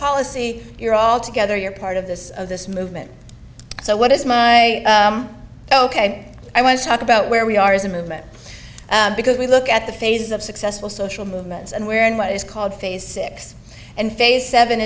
policy you're all together you're part of this of this movement so what is my ok i want to talk about where we are as a movement because we look at the phases of successful social movements and we're in what is called phase six and phase seven